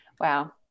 Wow